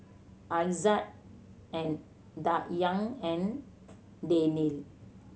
Aizat and Dayang and Daniel